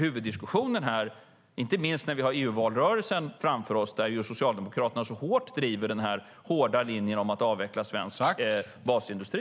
Huvuddiskussionen är här, inte minst när vi har EU-valrörelsen framför oss, där ju Socialdemokraterna hårt driver den hårda linjen om att avveckla svensk basindustri.